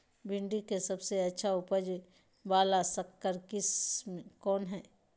भिंडी के सबसे अच्छा उपज वाला संकर किस्म कौन है?